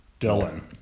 Dylan